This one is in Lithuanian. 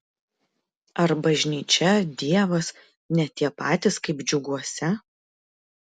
ar bažnyčia dievas ne tie patys kaip džiuguose